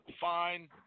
fine